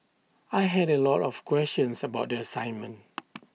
I had A lot of questions about the assignment